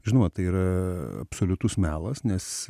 žinoma tai yra absoliutus melas nes